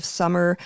summer